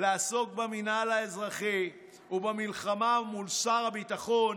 במקום לעסוק במינהל האזרחי ובמלחמה מול שר הביטחון,